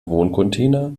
wohncontainer